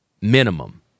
minimum